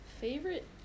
Favorite